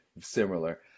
similar